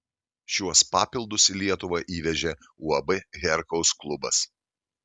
šiuos papildus į lietuvą įvežė uab herkaus klubas